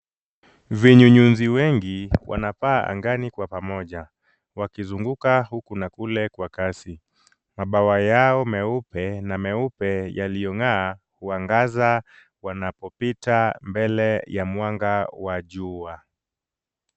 Vinyunyuzi wengi wanapaa angani kwa pamoja, wakizunguka huku na kule kwa kasi. Mabawa yao meupe na meupe yaliyong'aa huangaza wanapopita mbele ya mwanga wa jua.